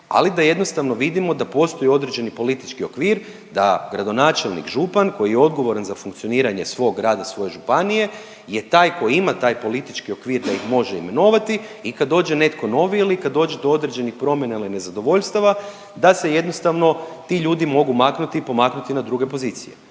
ali da jednostavno vidimo da postoje određeni politički okvir da gradonačelnik, župan koji je odgovoran za funkcioniranje svog rada svoje županije je taj koji ima taj politički okvir da ih može imenovati i kad dođe netko novi ili kad dođu do određenih promjena ili nezadovoljstava, da se jednostavno ti ljudi mogu maknuti i pomaknuti na druge pozicije